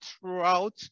throughout